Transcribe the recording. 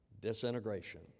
disintegration